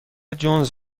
جونز